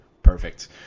Perfect